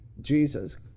Jesus